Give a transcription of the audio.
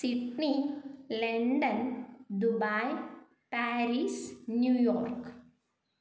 Sydney London Dubai Paris New York